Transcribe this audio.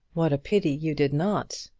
what a pity you did not.